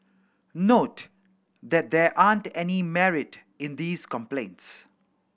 not that there aren't any merit in these complaints